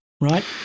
right